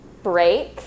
Break